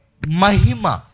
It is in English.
Mahima